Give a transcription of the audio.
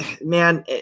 man